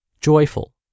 joyful